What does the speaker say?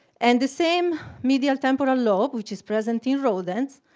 and the same medial temporal lobe, which is present in rodents,